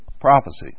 prophecy